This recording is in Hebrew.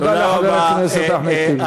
תודה לחבר הכנסת אחמד טיבי.